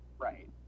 right